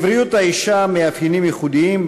לבריאות האישה יש מאפיינים ייחודיים,